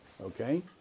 Okay